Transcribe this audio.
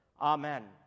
Amen